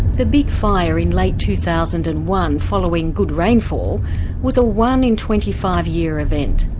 the big fire in late two thousand and one following good rainfall was a one in twenty five-year event.